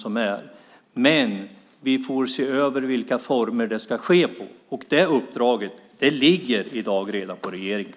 Vi får dock se över vilka former det ska ske på. Det uppdraget ligger redan i dag på regeringen.